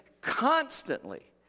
Constantly